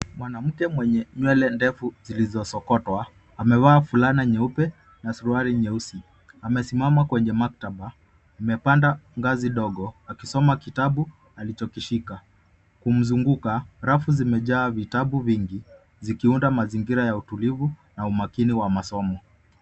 Mwanamke mwenye nywele ndefu zilizosokotwa amevaa fulana nyeupe na suruali nyeusi. Amesimama kwenye maktaba. Amepanda ngazi dogo akisoma kitabu alichokishika. Kumzunguka, rafu zimejaa vitabu vingi zikiunda mazingira ya utulivu na umakini wa masomo.